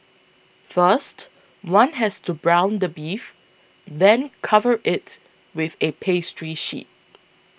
first one has to brown the beef then cover it with a pastry sheet